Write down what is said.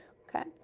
okay?